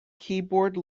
keyboard